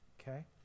Okay